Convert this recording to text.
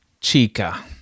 Chica